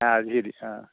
ആ അതുശരി ആ